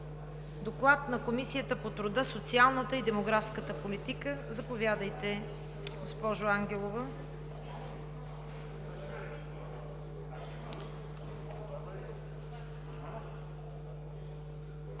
Доклад на Комисията по труда, социалната и демографската политика. Заповядайте, госпожо Ангелова.